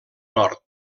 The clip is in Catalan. nord